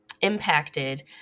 impacted